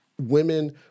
women